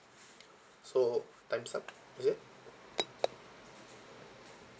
so time's up is it